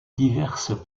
diverses